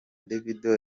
davido